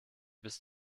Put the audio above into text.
bis